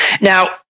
Now